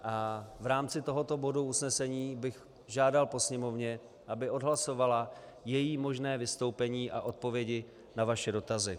V rámci tohoto bodu usnesení bych žádal po Sněmovně, aby odhlasovala její možné vystoupení a odpovědi na vaše dotazy.